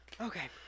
Okay